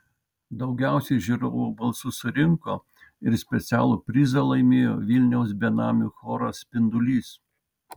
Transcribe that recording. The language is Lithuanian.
daugiausiai žiūrovų balsų surinko ir specialų prizą laimėjo vilniaus benamių choras spindulys